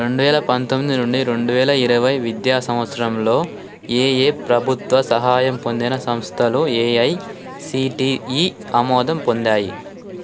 రెండు వేల పంతొమ్మిది నుండి రెండు వేల ఇరవై విద్యా సంవత్సరంలో ఏయే ప్రభుత్వ సహాయం పొందిన సంస్థలు ఏఐసిటిఈ ఆమోదం పొందాయి